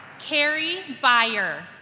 kerrie beyer